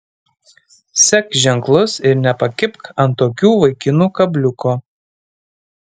sek ženklus ir nepakibk ant tokių vaikinų kabliuko